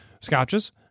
scotches